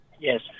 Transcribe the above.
Yes